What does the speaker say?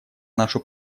нашу